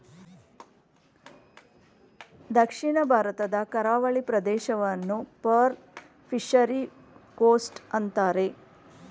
ದಕ್ಷಿಣ ಭಾರತದ ಕರಾವಳಿ ಪ್ರದೇಶವನ್ನು ಪರ್ಲ್ ಫಿಷರಿ ಕೋಸ್ಟ್ ಅಂತರೆ